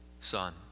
son